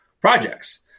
projects